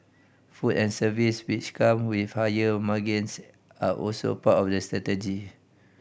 food and service which come with higher margins are also part of the strategy